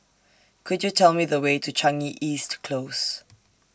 Could YOU Tell Me The Way to Changi East Close